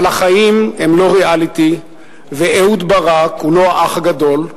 אבל החיים הם לא ריאליטי ואהוד ברק הוא לא האח הגדול.